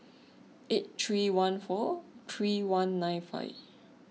eight three one four three one nine five